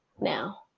now